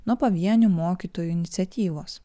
nuo pavienių mokytojų iniciatyvos